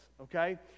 Okay